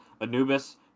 Anubis